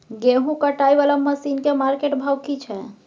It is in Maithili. गेहूं कटाई वाला मसीन के मार्केट भाव की छै?